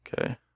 Okay